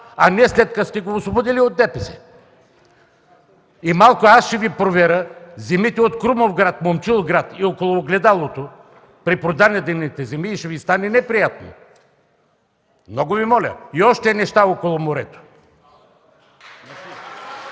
а не след като сте го освободили от ДПС. И малко аз ще Ви проверя земите от Крумовград, Момчилград и около Огледалото, препродадените земи и ще Ви стане неприятно. Много Ви моля! И още неща около морето.